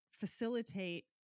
facilitate